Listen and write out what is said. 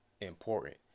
important